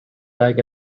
leg